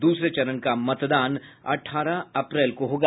दूसरे चरण का मतदान अठारह अप्रैल को होगा